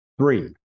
Three